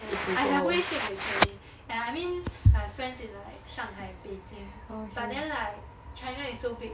I have 微信 actually ya I mean I have friends in like shanghai and beijing but then like china is so big